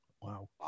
Wow